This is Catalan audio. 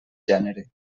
gènere